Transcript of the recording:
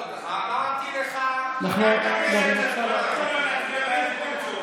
אבל לא קיבלת אותם.